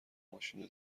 ماشینو